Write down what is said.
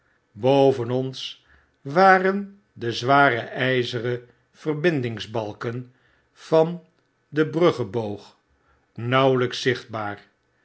boven ons waren de zware ijzeren verbindings balken van den bruggeboog nauwelyks zichtbaar